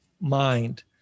mind